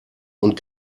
und